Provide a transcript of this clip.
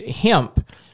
hemp